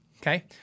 okay